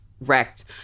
wrecked